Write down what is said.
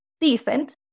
decent